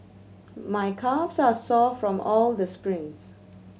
my calves are sore from all the sprints